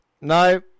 No